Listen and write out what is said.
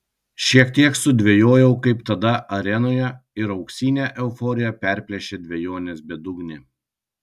šiek tiek sudvejojau kaip tada arenoje ir auksinę euforiją perplėšė dvejonės bedugnė